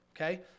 Okay